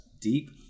deep